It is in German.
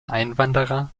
einwanderer